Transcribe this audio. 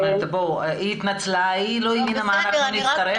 היא התנצלה, היא לא הבינה מה אנחנו נצטרך.